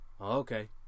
Okay